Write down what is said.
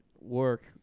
work